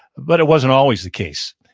but it wasn't always the case.